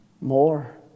more